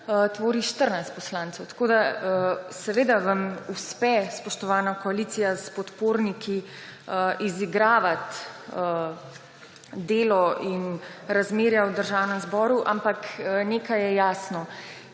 tvori 14 poslancev. Seveda vam uspe, spoštovana koalicija, s podporniki izigravati delo in razmerja v Državnem zboru, ampak nekaj je jasno,